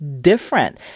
different